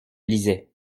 lisais